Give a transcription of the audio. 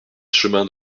chemin